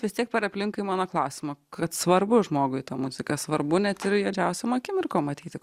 vis tiek per aplinkui į mano klausimą kad svarbu žmogui ta muzika svarbu net ir juodžiausiom akimirkom matyti